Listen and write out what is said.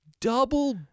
double